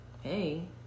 hey